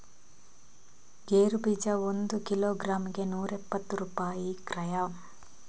ಗೇರು ಬೀಜ ಒಂದು ಕಿಲೋಗ್ರಾಂ ಗೆ ಎಷ್ಟು ಕ್ರಯ?